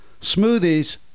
Smoothies